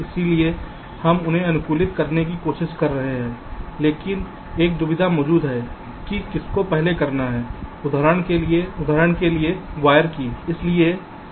इसलिए हम उन्हें अनुकूलित करने की कोशिश कर रहे हैं लेकिन एक दुविधा मौजूद है कि किसको पहले करना है उदाहरण के लिए दुनिया की